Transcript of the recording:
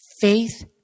Faith